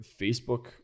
Facebook